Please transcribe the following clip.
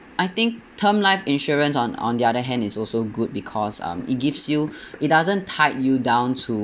I think term life insurance on on the other hand is also good because um it gives you it doesn't tie you down to